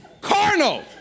carnal